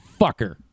fucker